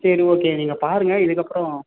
சரி ஓகே நீங்கள் பாருங்க இதுக்கப்புறம்